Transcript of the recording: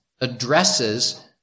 addresses